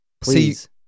please